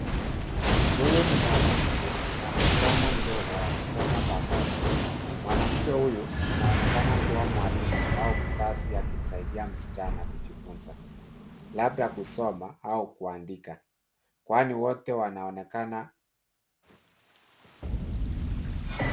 Huyu ni mwanamke, na msichana mdogo wakisoma pamoja. Mwanamke huyu, anaonekana kuwa mwalimu, au mzazi akimsaidia msichana kujifunza. Labda kusoma au kuandika, kwani wote wanaonekana.